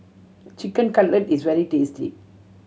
Chicken Cutlet is very tasty